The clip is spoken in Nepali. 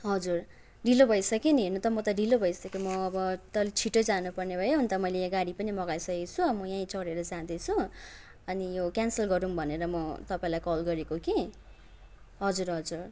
हजुर ढिलो भइसक्यो नि हेर्नु त म त ढिलो भइसक्यो म अब त अलि छिट्टै जानु पर्ने भयो अन्त मैले यहाँ गाडी पनि मगाइसकेको छुु अब म यहीँ चढेर जाँदैछु अनि यो क्यान्सल गरौँ भनेर म तपाईँलाई कल गरेको कि हजुर हजुर